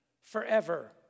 Forever